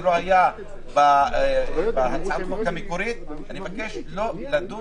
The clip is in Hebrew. לא היה בהצעת החוק המקורית ולכן אני מבקש לא לדון